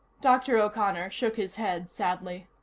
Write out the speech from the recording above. dr. o'connor shook his head sadly.